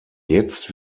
jetzt